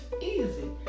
easy